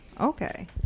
Okay